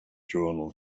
journal